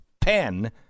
pen